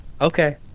Okay